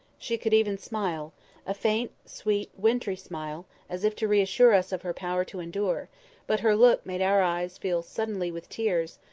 she could even smile a faint, sweet, wintry smile as if to reassure us of her power to endure but her look made our eyes fill suddenly with tears,